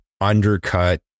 undercut